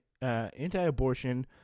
anti-abortion